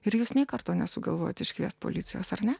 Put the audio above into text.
ir jūs nei karto nesugalvojot iškviest policijos ar ne